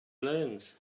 learns